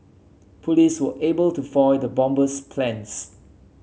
police were able to foil the bomber's plans